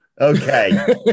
okay